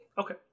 Okay